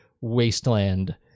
Wasteland